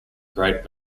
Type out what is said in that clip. great